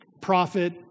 prophet